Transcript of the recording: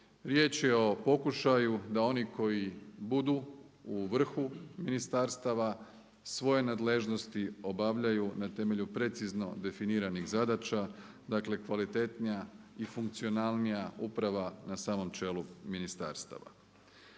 Riječ je o pokušaju da oni koji budu u vrhu ministarstava svoje nadležnosti obavljaju na temelju precizno definiranih zadaća, dakle kvalitetnija i funkcionalnija uprava na samom čelu ministarstava.